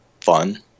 fun